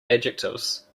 adjectives